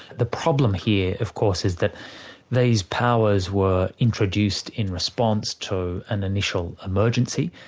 the problem here of course is that these powers were introduced in response to an initial emergency.